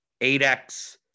8x